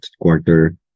quarter